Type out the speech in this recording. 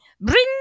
Bring